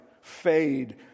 fade